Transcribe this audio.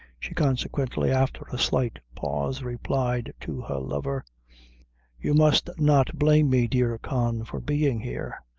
she consequently, after a slight pause, replied to her lover you must not blame me, dear con, for being here.